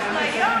אנחנו היום